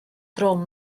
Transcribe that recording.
drwm